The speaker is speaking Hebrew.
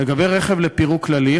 לגבי רכב לפירוק כללי,